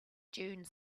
dune